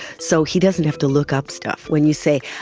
so he doesn't have to look up stuff. when you say,